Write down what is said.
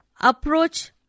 approach